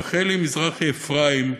רחלי מזרחי אפרים,